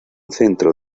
centro